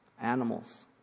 Animals